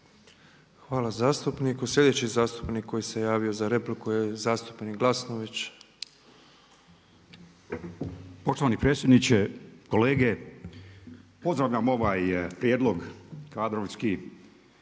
Hvala zastupniku. Sljedeći zastupnik koji se javio za repliku je zastupnik Tomislav